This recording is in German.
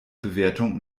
bewertung